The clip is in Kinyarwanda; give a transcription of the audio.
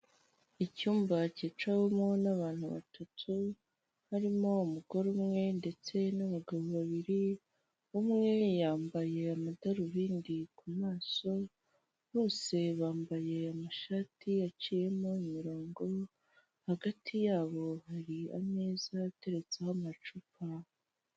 Icyumba kicawemo n'abantu batatu harimo umugore umwe ndetse n'abagabo babiri, umwe yambaye amadarubindi ku maso, bose bambaye amashati yaciyemo imirongo, hagati yabo hari ameza ateretseho amacupa.